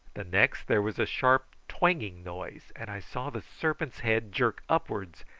the next there was a sharp twanging noise, and i saw the serpent's head jerk upwards,